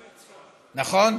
נכון?